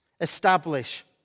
establish